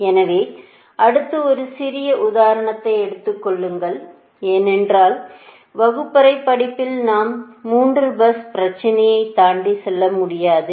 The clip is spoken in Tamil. எனவே அடுத்து ஒரு சிறிய உதாரணத்தை எடுத்துக் கொள்ளுங்கள் ஏனென்றால் வகுப்பறை படிப்பில் நாம் 3 பஸ் பிரச்சனையை தாண்டி செல்ல முடியாது